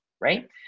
right